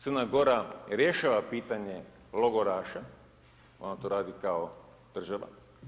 Crna Gora rješava pitanje logoraša, ona to radi kao država.